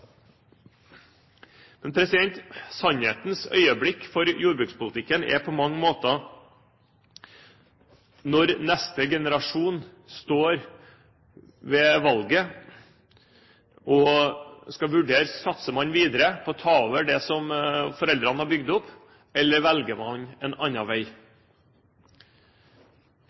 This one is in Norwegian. Sannhetens øyeblikk for jordbrukspolitikken er på mange måter når neste generasjon står ved valget og skal vurdere – satser man på å ta over det som foreldrene har bygd opp, eller velger man en annen vei?